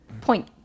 point